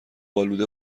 آلوده